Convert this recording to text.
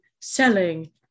selling